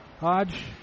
Hodge